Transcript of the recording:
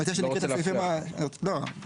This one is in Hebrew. אני לא רוצה להפריע לך.